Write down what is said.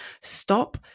Stop